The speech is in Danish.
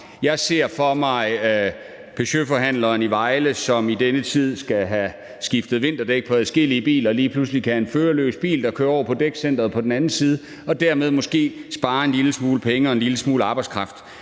Jeg ser for mig, at Peugeotforhandleren i Vejle, som i denne tid skal have skiftet til vinterdæk på adskillige biler, lige pludselig kan have en førerløs bil, der kører over på dækcenteret på den anden side, og dermed sparer forhandleren måske en lille smule penge og en lille smule arbejdskraft.